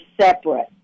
separate